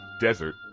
desert